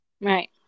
Right